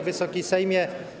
Wysoki Sejmie!